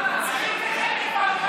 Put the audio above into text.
אני רוצה שמית הפעם.